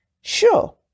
sure